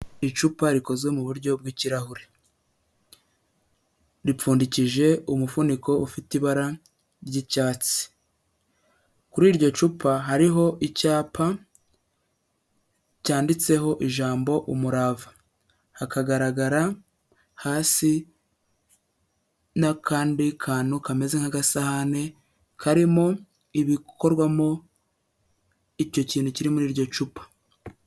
Icupa rikozwe mu buryo bw'kirahure, ripfundikije umufuniko ufite ibara ry'icyatsi, kuri iryo cupa hariho icyapa cyanditseho ijambo umurava, hakagaragara hasi n'akandi kantu kameze nk'agasahane, karimo ibikorwamo icyo kintu kiri muri iryo cupa.